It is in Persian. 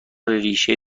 ریشه